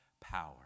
power